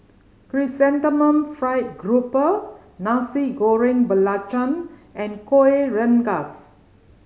Chrysanthemum Fried Grouper Nasi Goreng Belacan and Kueh Rengas